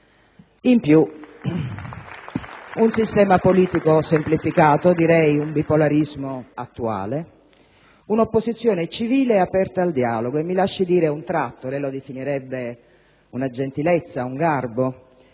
Inoltre, un sistema politico semplificato - direi un bipolarismo attuale - un'opposizione civile e aperta al dialogo e mi lasci dire un tratto - lei lo definirebbe una gentilezza, un garbo